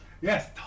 yes